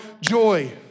joy